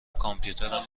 کامپیوترم